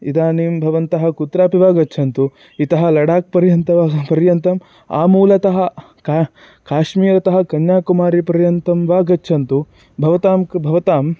इदानीं भवन्तः कुत्रापि वा गच्छन्तु इतः लडाक् पर्यन्तं वा ह पर्यन्तम् आमूलतः का काश्मीरतः कन्याकुमारीपर्यन्तं वा गच्छन्तु भवतां कृते भवतां